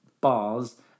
bars